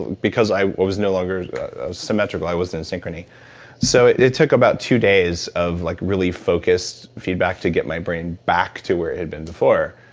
because i was no longer symmetrical. i was and in asynchrony so it took about two days of like really focused feedback to get my brain back to where it had been before.